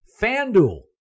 FanDuel